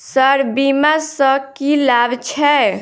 Sir बीमा सँ की लाभ छैय?